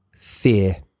fear